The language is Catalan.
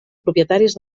propietaris